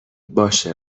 باشه